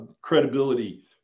credibility